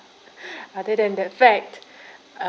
other than that fact uh